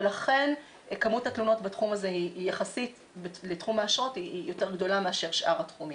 ולכן כמות התלונות בתחום האשרות היא יותר גדולה מאשר שאר התחומים.